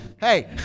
Hey